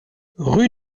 rue